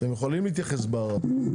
אתם יכולים להתייחס בערר.